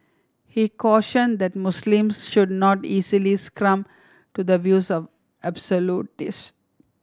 he cautioned that Muslims should not easily succumb to the views of absolutist